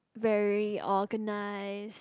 very organised